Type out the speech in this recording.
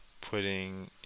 putting